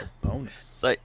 Bonus